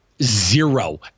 Zero